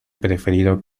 preferido